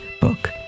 book